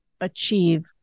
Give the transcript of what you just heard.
achieve